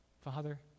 Father